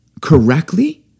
correctly